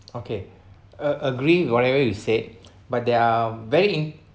okay uh agree whatever you said but there are varying